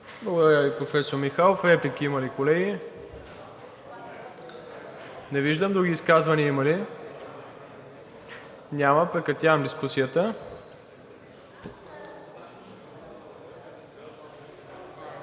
Благодаря Ви, професор Михайлов. Реплики има ли, колеги? Не виждам. Други изказвания има ли? Няма. Прекратявам дискусията.